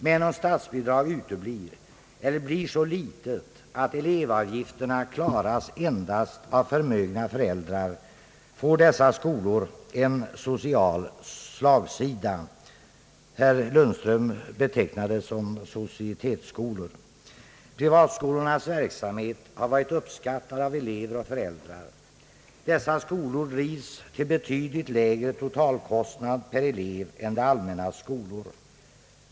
Men om statsbidrag uteblir eller blir så litet att elevavgifterna klaras endast av förmögna föräldrar, får dessa skolor en social slagsida. Herr Lundström betecknade dem som societetsskolor. Privatskolornas verksamhet har varit uppskattad av elever och föräldrar. Dessa skolor drivs till betydligt lägre totalkostnad per elev än det allmännas skolor.